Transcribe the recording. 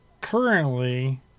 Currently